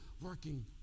working